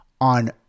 on